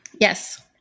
Yes